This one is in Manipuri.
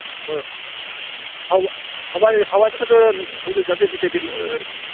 ꯍꯣꯏ ꯍꯋꯥꯏꯗꯨ ꯈꯛꯇꯔ ꯂꯧꯗꯣꯏꯁꯦ ꯑꯇꯩꯗꯤ ꯀꯔꯤ ꯀꯔꯤ